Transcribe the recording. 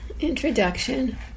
introduction